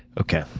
okay.